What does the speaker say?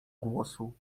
głosu